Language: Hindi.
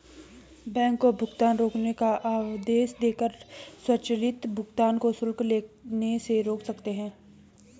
बैंक को भुगतान रोकने का आदेश देकर स्वचालित भुगतान को शुल्क लेने से रोक सकते हैं